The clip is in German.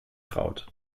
traut